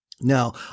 Now